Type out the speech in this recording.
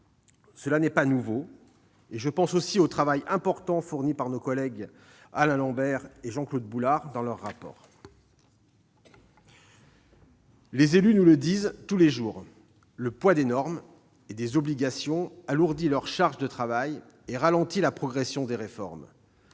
Ce n'est pas nouveau. Je pense aussi au travail important fourni par nos anciens collègues Alain Lambert et Jean-Claude Boulard dans leur rapport. Les élus nous le disent tous les jours : le poids des normes et des obligations alourdit leur charge de travail et ralentit la progression des réformes.